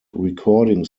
recording